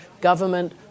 government